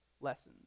lessons